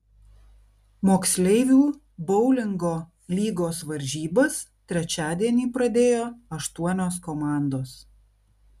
moksleivių boulingo lygos varžybas trečiadienį pradėjo aštuonios komandos